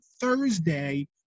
Thursday